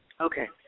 Okay